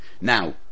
Now